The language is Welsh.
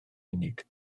unig